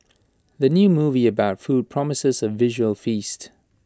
the new movie about food promises A visual feast